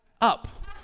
up